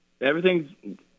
Everything's